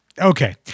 Okay